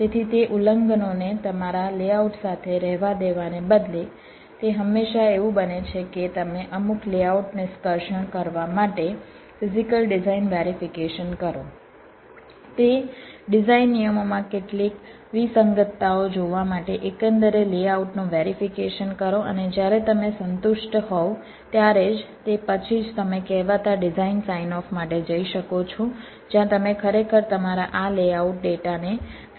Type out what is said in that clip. તેથી તે ઉલ્લંઘનોને તમારા લેઆઉટ સાથે રહેવા દેવાને બદલે તે હંમેશા એવું બને છે કે તમે અમુક લેઆઉટ નિષ્કર્ષણ કરવા માટે ફિઝીકલ ડિઝાઇન વેરિફીકેશન કરો તે ડિઝાઇન નિયમોમાં કેટલીક વિસંગતતાઓ જોવા માટે એકંદરે લેઆઉટનું વેરિફીકેશન કરો અને જ્યારે તમે સંતુષ્ટ હોવ ત્યારે જ તે પછી જ તમે કહેવાતા ડિઝાઇન સાઇન ઓફ માટે જઈ શકો છો જ્યાં તમે ખરેખર તમારા આ લેઆઉટ ડેટાને ફેબ્રિકેશન માટે મોકલી શકો છો